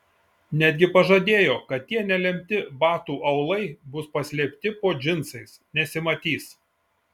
netgi pažadėjo kad tie nelemti batų aulai bus paslėpti po džinsais nesimatys